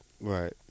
Right